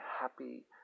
happy